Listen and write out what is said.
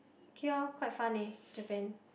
K lor quite fun leh Japan